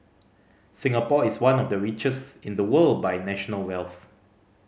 Singapore is one of the richest in the world by national wealth